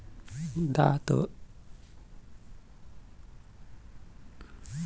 दांत वाला मशीन बा जवन की माटी में छेद करके बीज के दबावत बाटे